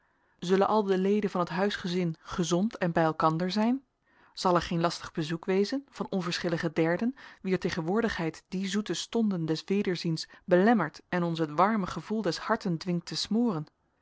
zullen al de leden van het huisgezin gezond en bij elkander zijn zal er geen lastig bezoek wezen van onverschillige derden wier tegenwoordigheid die zoete stonden des wederziens belemmert en ons het warme gevoel des harten dwingt te smoren